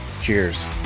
cheers